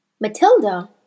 Matilda